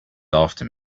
after